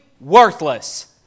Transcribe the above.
worthless